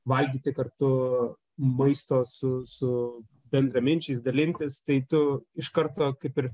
valgyti kartu maisto su su bendraminčiais dalintis tai tu iš karto kaip ir